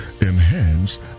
enhance